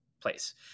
place